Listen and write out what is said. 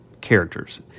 characters